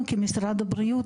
אנחנו כמשרד הבריאות,